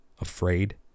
afraid